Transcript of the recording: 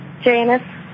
Janice